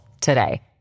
today